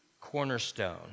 cornerstone